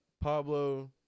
Pablo